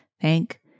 thank